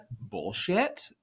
bullshit